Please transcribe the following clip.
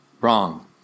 Wrong